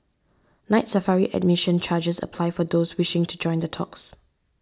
Night Safari admission charges apply for those wishing to join the talks